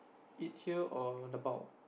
eat here or dabao